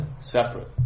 separate